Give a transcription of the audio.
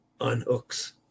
unhooks